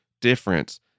difference